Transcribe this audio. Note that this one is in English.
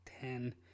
ten